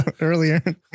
earlier